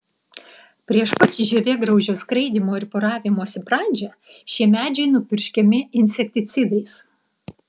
prieš pat žievėgraužio skraidymo ir poravimosi pradžią šie medžiai nupurškiami insekticidais